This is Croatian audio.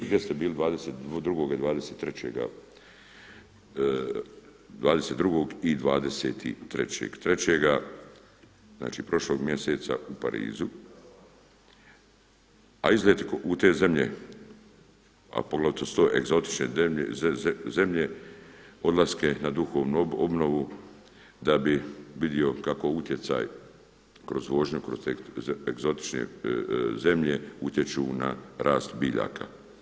Gdje ste bili 22. i 23.3. znači prošlog mjeseca u Parizu, a izlet u te zemlje, a pogotovo su to egzotične zemlje odlaske na duhovnu obnovu da bi vidio kako utjecaj kroz vožnju kroz te egzotične zemlje utječu na rast biljaka.